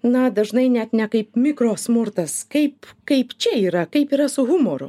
na dažnai net ne kaip mikro smurtas kaip kaip čia yra kaip yra su humoru